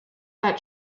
that